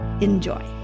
Enjoy